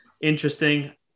interesting